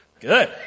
Good